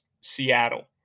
Seattle